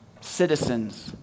citizens